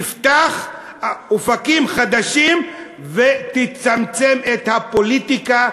תפתח אופקים חדשים ותצמצם את הפוליטיקה,